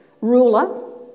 ruler